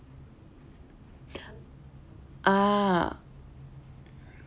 ah